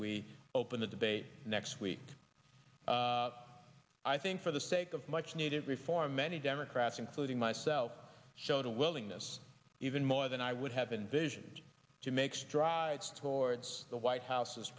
we open the debate next week i think for the sake of much needed reform many democrats including myself showed a willingness even more than i would have been vision to make strides towards the white house